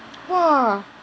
!wah!